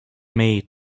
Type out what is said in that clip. may